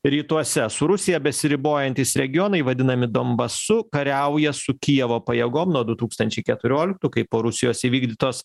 rytuose su rusija besiribojantys regionai vadinami donbasu kariauja su kijevo pajėgom nuo du tūkstančiai keturioliktų kai po rusijos įvykdytos